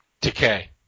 Decay